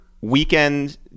weekend